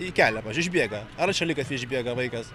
į kelią išbėga ar į šaligatvį išbėga vaikas